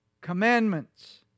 commandments